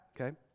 okay